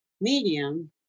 medium